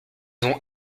ont